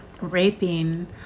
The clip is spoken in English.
raping